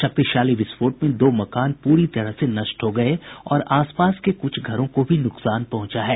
शक्तिशाली विस्फोट में दो मकान पूरी तरह से नष्ट हो गए और आसपास के कुछ घरों को भी नुकसान पहुंचा है